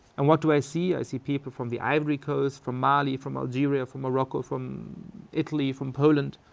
and what do i see? i see people from the ivory coast, from mali, from algeria, from morocco, from italy, from poland.